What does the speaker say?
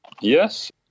Yes